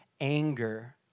anger